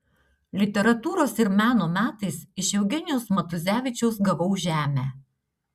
literatūros ir meno metais iš eugenijaus matuzevičiaus gavau žemę